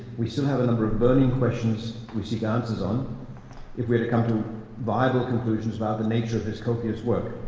we still have a number of burning questions we seek answers on if we're to come to viable conclusions about the nature of his copious work.